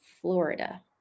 Florida